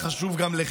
לא, יש לך זמן.